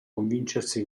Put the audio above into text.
convincersi